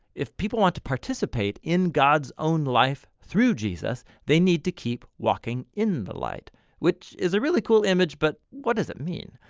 if people want to participate in god's own life through jesus they need to keep walking in the light which is a really cool image but what does it mean?